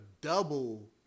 double